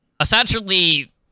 essentially